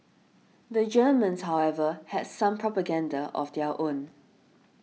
the Germans however had some propaganda of their own